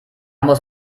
muss